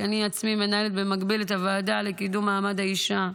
כי אני עצמי מנהלת במקביל את הוועדה לקידום מעמד האישה.